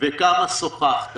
כמה שוחחת